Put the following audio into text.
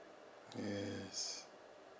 yes